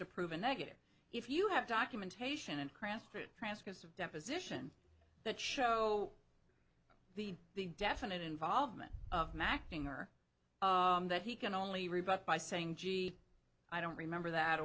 to prove a negative if you have documentation and crafted transcripts of deposition that show the the definite involvement of macking or that he can only rebut by saying gee i don't remember that